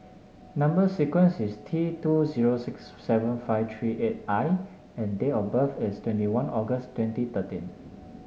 number sequence is T two zero six seven five three eight I and date of birth is twenty one August twenty thirteen